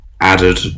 added